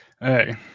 Hey